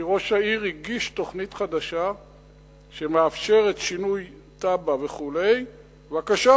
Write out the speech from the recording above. כי ראש העיר הגיע עם תוכנית חדשה שמאפשרת שינוי תב"ע וכו' בבקשה,